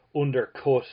undercut